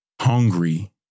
hungry